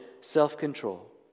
self-control